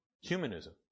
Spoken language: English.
Humanism